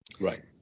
Right